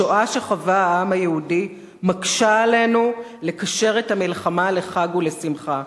השואה שחווה העם היהודי מקשה עלינו לקשר את המלחמה לחג ולשמחה.